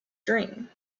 dream